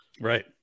Right